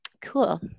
Cool